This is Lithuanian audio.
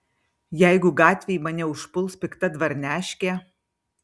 jeigu gatvėj mane užpuls pikta dvarneškė